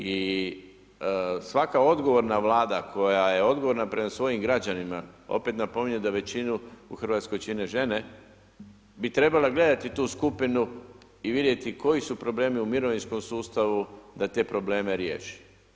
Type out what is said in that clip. I svaka odgovorna Vlada koja je odgovorna prema svojim građanima, opet napominjem da većinu u Hrvatskoj čine žene bi trebale gledati tu skupinu i vidjeti koji su problemi u mirovinskom sustavu da te probleme riješi.